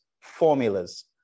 formulas